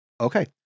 okay